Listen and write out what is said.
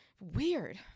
weird